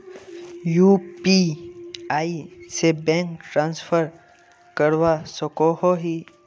UPI से bank transfer करवा सकोहो ही?